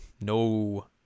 No